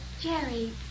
Jerry